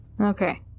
Okay